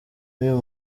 n’uyu